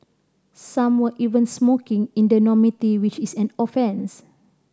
some were even smoking in the dormitory which is an offence